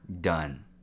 done